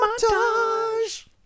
Montage